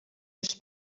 els